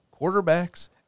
quarterbacks